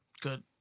Good